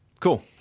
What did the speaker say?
Cool